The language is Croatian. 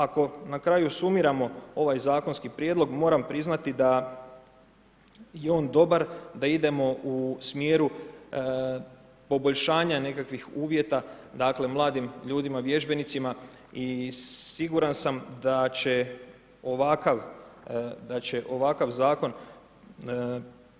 Ako na kraju sumiramo ovaj zakonski prijedlog moram priznati da je on dobar, da idemo u smjeru poboljšanja nekakvih uvjeta dakle, mladim ljudima – vježbenicima i siguran sam da će ovakav Zakon